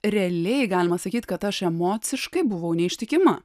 realiai galima sakyt kad aš emociškai buvau neištikima